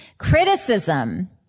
criticism